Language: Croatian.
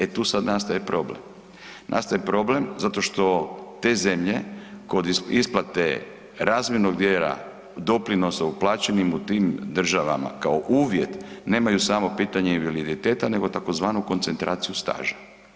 E tu sad nastaje problem, nastaje problem zato što te zemlje kod isplate razmjernog djela doprinosa uplaćenim u tom državama kao uvjet, nemaju samo pitanje invaliditeta nego tzv. koncentraciju staža.